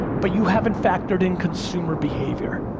but you haven't factored in consumer behavior.